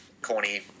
Corny